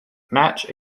match